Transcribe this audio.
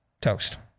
Toast